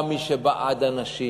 גם מי שבעד הנשים.